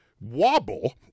wobble